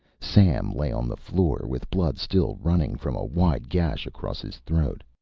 sam lay on the floor, with blood still running from a wide gash across his throat.